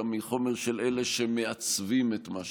אלא מחומר של אלה שמעצבים את מה שקורה.